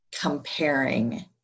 comparing